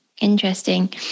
Interesting